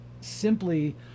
simply